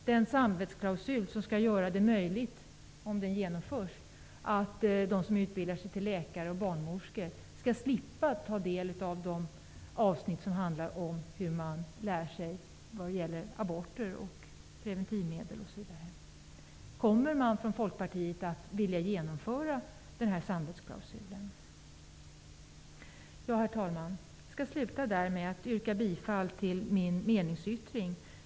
Denna samvetsklausul skall, om den genomförs, göra det möjligt för dem som utbildar sig till läkare och barnmorskor att slippa ta del av de avsnitt som handlar om aborter och preventivmedel osv. Kommer Folkpartiet att vilja genomföra en sådan samvetsklausul? Herr talman! Jag yrkar avslutningsvis bifall till min meningsyttring.